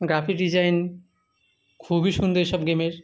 graphic design খুবই সুন্দর এইসব গেমের